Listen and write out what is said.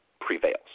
prevails